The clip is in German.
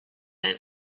ein